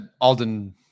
Alden